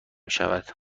شود